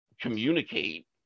communicate